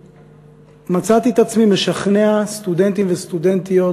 הבוגרות מצאתי את עצמי משכנע סטודנטים וסטודנטיות